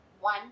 One